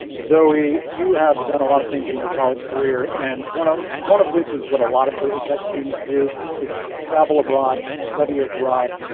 zoie, you have done a lot of things in your college career and one ah one of which is what a lot of georgia tech students do is travel abroad, study abroad.